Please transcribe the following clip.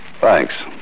Thanks